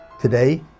Today